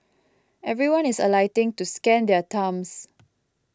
everyone is alighting to scan their thumbs